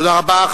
תודה רבה.